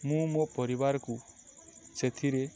ମୁଁ ମୋ ପରିବାରକୁ ସେଥିରେ